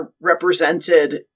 represented